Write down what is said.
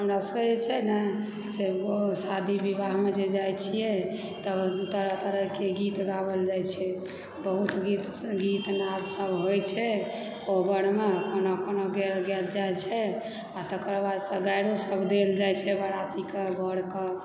हमरा सबकेँ जे छै ने शादी विवाहमे जे जै छियै तऽ तरह तरहकेँ गीत गाओल जाइत छै बहुत गीत गीतनाद सब होइत छै कोबरमे कोना कोना गाएल जाइत छै आ तकर बाद से गारिओ सब देल जै छै बरातीके बरके